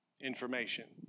Information